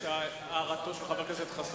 נשמע את הערתו של חבר הכנסת חסון.